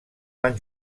van